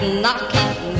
knocking